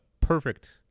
perfect